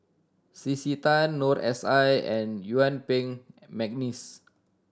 C C Tan Noor S I and Yuen Peng McNeice